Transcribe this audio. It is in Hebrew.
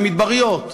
במדבריות,